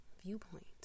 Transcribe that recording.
viewpoint